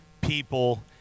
people